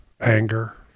anger